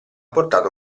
portato